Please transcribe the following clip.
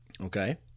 Okay